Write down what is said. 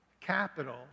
capital